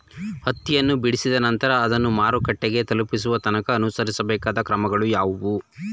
ಹತ್ತಿಯನ್ನು ಬಿಡಿಸಿದ ನಂತರ ಅದನ್ನು ಮಾರುಕಟ್ಟೆ ತಲುಪಿಸುವ ತನಕ ಅನುಸರಿಸಬೇಕಾದ ಕ್ರಮಗಳು ಯಾವುವು?